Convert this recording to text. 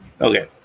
Okay